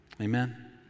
Amen